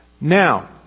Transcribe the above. Now